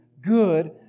good